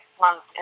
months